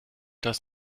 das